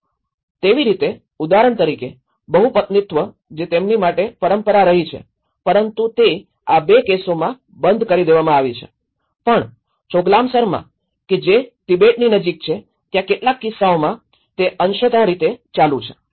તો તેવી રીતે ઉદાહરણ તરીકે બહુપતિત્વ જે તેમની માટે પરંપરા રહી છે પરંતુ તે આ ૨ કેસોમાં બંધ કરી દેવામાં આવી છે પણ ચોગલામસરમાં કે જે તિબેટીની નજીક છે ત્યાં કેટલાક કિસ્સાઓમાં તે અંશત રીતે ચાલુ છે